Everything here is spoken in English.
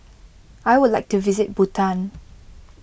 I would like to visit Bhutan